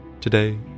Today